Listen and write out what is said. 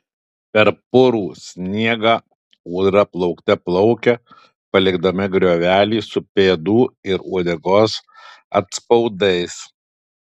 per purų sniegą ūdra plaukte plaukia palikdama griovelį su pėdų ir uodegos atspaudais